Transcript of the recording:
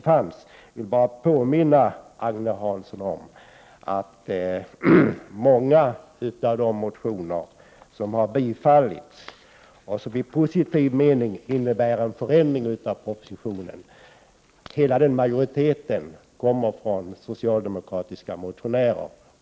Jag vill bara påminna Agne Hansson att många av de motioner som har biträtts och som i positiv mening innebär en förändring av propositionen, kommer från socialdemokratiska motionärer.